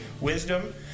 wisdom